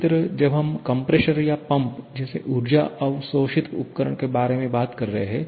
इसी तरह जब हम कंप्रेसर या पंप जैसे ऊर्जा अवशोषित उपकरण के बारे में बात कर रहे हैं